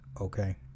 Okay